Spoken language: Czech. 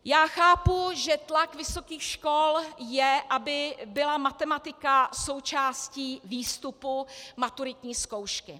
Já chápu, že tlak vysokých škol je, aby byla matematika součástí výstupu maturitní zkoušky.